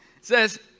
says